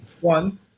One